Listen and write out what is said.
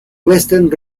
western